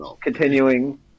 continuing